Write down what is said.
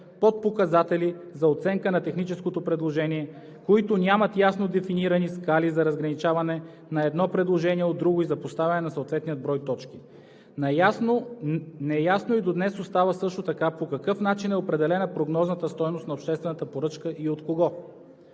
подпоказатели за оценка на техническото предложение, които нямат ясно дефинирани скали за разграничаване на едно предложение от друго, и за поставяне на съответния брой точки. Неясно и до днес остава също така по какъв начин е определена прогнозната стойност на обществената поръчка и от кого?